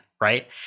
right